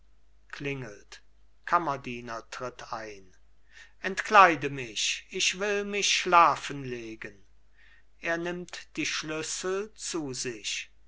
klingelt kammerdiener tritt ein entkleide mich ich will mich schlafenlegen er nimmt die schlüssel zu sich